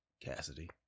Cassidy